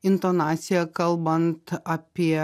intonacija kalbant apie